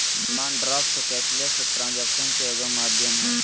demand draft cashless ट्रांजेक्शनन के एगो माध्यम हइ